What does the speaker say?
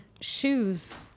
shoes